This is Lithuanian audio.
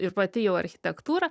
ir pati jau architektūra